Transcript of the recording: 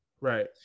Right